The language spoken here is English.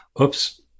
oops